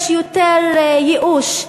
יש יותר ייאוש,